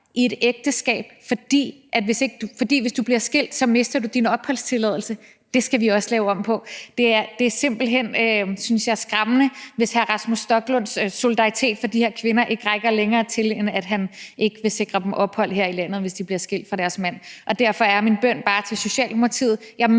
i et ægteskab, for hvis du bliver skilt, så mister du din opholdstilladelse. Det skal vi også lave om på. Det er, synes jeg, simpelt hen skræmmende, hvis hr. Rasmus Stoklunds solidaritet til de her kvinder ikke rækker længere, end at han ikke vil sikre dem ophold her i landet, hvis de bliver skilt fra deres mand. Og derfor har jeg bare en bøn til Socialdemokratiet: